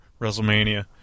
WrestleMania